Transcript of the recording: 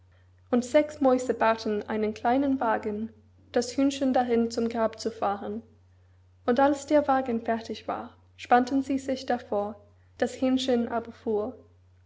und sechs mäuse bauten einen kleinen wagen das hühnchen darin zum grab zu fahren und als der wagen fertig war spannten sie sich davor das hähnchen aber fuhr